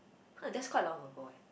uh that's quite long ago eh